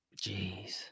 Jeez